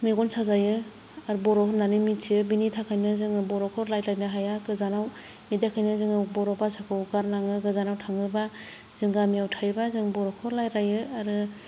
मेगन साजायो आरो बर' होननानै मिन्थियो बेनि थाखायनो जोंङो बर'खौ रायलायनो हाया गोजानाव बिनि थाखायनो जोंङो बर' भासाखौ गारनांङो गोजानाव थांङोबा जों गामियाव थायोबा जों बर'खौ रायलायो आरो